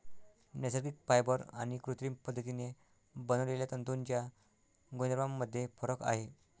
नैसर्गिक फायबर आणि कृत्रिम पद्धतीने बनवलेल्या तंतूंच्या गुणधर्मांमध्ये फरक आहे